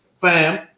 fam